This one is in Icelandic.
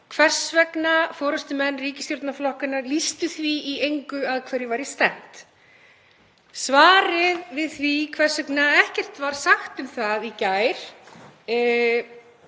hvers vegna forystumenn ríkisstjórnarflokkanna lýstu því í engu að hverju væri stefnt. Svarið við því hvers vegna ekkert var sagt um það í gær